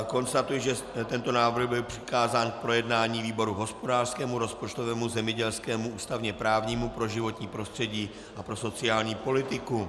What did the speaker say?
Konstatuji, že tento návrh byl přikázán k projednání výboru hospodářskému, rozpočtovému, zemědělskému, ústavněprávnímu, pro životní prostředí a pro sociální politiku.